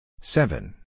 seven